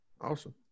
Awesome